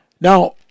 Now